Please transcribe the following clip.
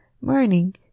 morning